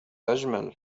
أجمل